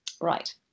right